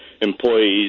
employees